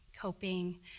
Coping